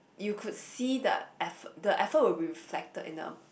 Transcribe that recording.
you could see the effo~ the effort would be reflected in a